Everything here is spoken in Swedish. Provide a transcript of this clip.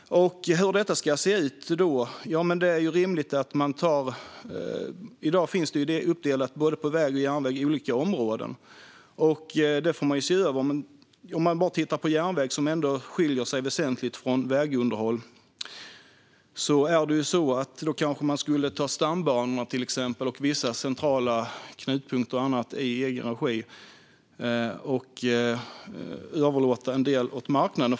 Hur ska då detta se ut? I dag finns både inom väg och järnväg en uppdelning i olika områden. Detta får man se över. Låt oss ta järnvägssidan som exempel. Den skiljer sig ändå väsentligt från vägunderhållet. Man skulle kunna ha stambanorna och vissa centrala knutpunkter i egen regi och överlåta annat åt marknaden.